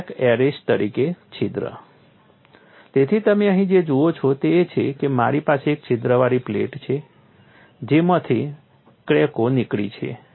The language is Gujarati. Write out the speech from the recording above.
ક્રેક અરેસ્ટર તરીકે છિદ્ર તેથી તમે અહીં જે જુઓ છો તે એ છે કે મારી પાસે એક છિદ્રવાળી પ્લેટ છે જેમાંથી ક્રેકો નીકળી છે